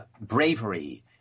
bravery